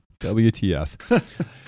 WTF